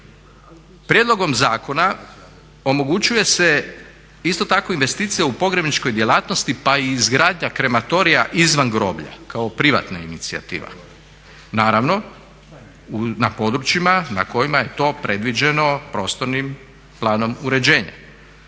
Prijedlogom zakona omogućuje se isto tako investicija u pogrebničkoj djelatnosti, pa i izgradnja krematorija izvan groblja kao privatna inicijativa. Naravno na područjima na kojima je to predviđeno prostornim planom uređenja